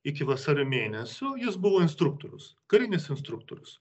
iki vasario mėnesio jis buvo instruktorius karinis instruktorius